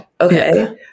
okay